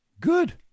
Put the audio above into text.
Good